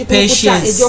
patience